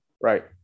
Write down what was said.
Right